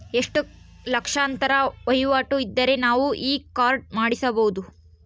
ಎಷ್ಟು ಲಕ್ಷಾಂತರ ವಹಿವಾಟು ಇದ್ದರೆ ನಾವು ಈ ಕಾರ್ಡ್ ಮಾಡಿಸಬಹುದು?